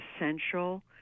essential